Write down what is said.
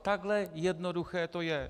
Takhle jednoduché to je.